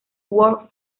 world